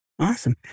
Awesome